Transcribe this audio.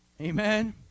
amen